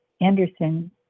Anderson